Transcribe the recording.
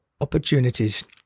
Opportunities